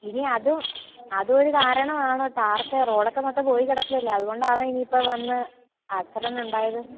ഇനി അതും അതുമൊരു കാരണമാണോ ടാറൊക്കെ റോഡൊക്കെ മൊത്തം പോയി കിടക്കുകയല്ലേ അതുകൊണ്ടാണോ ഇനി ഇപ്പോള് വന്ന് ആക്സിഡൻ്റ് ഉണ്ടായത്